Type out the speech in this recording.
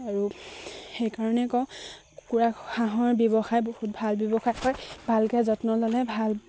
আৰু সেইকাৰণে কওঁ কুকুৰা হাঁহৰ ব্যৱসায় বহুত ভাল ব্যৱসায় হয় ভালকে যত্ন ল'লে ভাল